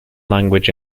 language